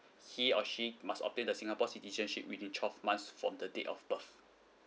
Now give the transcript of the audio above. he or she must obtain the singapore citizenship within twelve months from the date of birth